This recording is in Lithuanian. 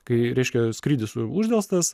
kai reiškia skrydį uždelstas